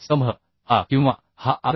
स्तंभ हा किंवा हा आर